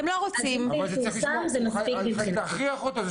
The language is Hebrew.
אתם לא רוצים --- אז להכריח אותו,